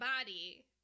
body